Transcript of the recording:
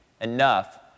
enough